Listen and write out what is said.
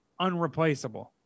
unreplaceable